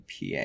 PA